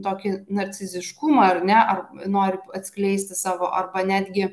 tokį narciziškumą ar ne ar nori atskleisti savo arba netgi